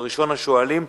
ראשון השואלים,